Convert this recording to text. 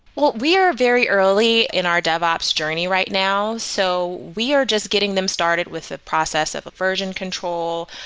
well, we are very early in our devops journey right now. so we are just getting them started with the process of a version control,